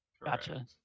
Gotcha